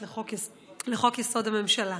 לחוק-יסוד: הממשלה,